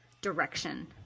direction